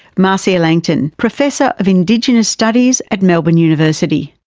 marcia langton, professor of indigenous studies at melbourne university,